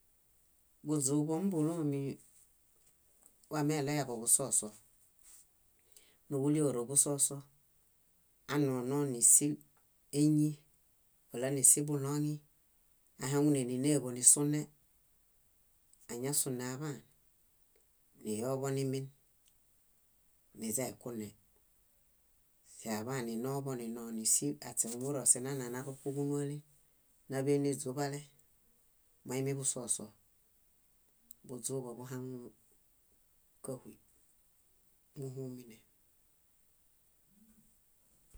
. Buźũ móḃulomi, wameɭoyaḃo busoso, nuġuɭii óro busoso anonõ nísul éñi wala nísul buɭoŋi, ahaŋune níneeḃo nisune, añasunaḃaan, niyonimin niźaikune. Siaḃaninoḃoninoḃo nísul, aśe ómuro sínanarupuġunuale, náḃe niźuḃale, moimiḃusoso. Buźũḃõ buhaŋun káhuy, búhumine.